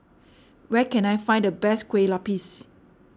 where can I find the best Kueh Lapis